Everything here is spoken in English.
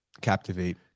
Captivate